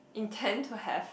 intend to have